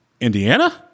Indiana